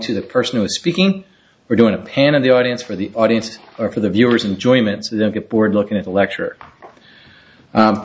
to the person who is speaking we're doing a pan of the audience for the audience or for the viewers enjoyment so don't get bored looking at the lecture